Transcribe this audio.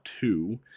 two